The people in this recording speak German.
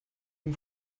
dem